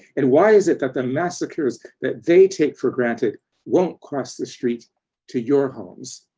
and why is it that the massacres that they take for granted won't cross the street to your homes?